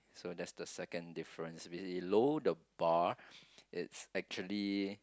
so that's the second difference below the bar it's actually